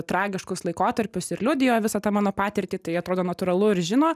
tragiškus laikotarpius ir liudijo visą tą mano patirtį tai atrodo natūralu ir žino